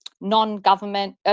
non-government